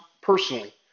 personally